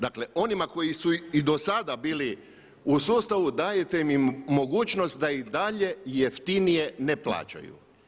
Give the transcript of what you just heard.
Dakle onima koji su i dosada bili u sustavu dajete im mogućnost da ih dalje jeftinije ne plaćaju.